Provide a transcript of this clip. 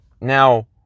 Now